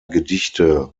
gedichte